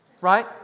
right